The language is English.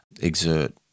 exert